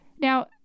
Now